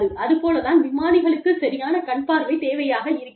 அது போலத் தான் விமானிகளுக்கு சரியான கண் பார்வை தேவையாக இருக்கிறது